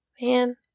Man